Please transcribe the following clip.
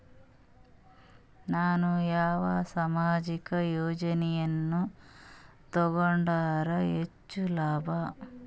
ನಾನು ಯಾವ ಸಾಮಾಜಿಕ ಯೋಜನೆಯನ್ನು ತಗೊಂಡರ ಹೆಚ್ಚು ಲಾಭ?